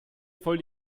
voll